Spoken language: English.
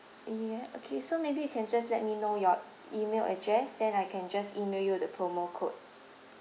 yeah okay so maybe you can just let me know your email address then I can just email you the promo code